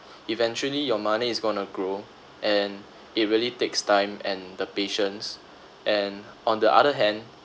eventually your money is gonna grow and it really takes time and the patience and on the other hand